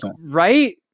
right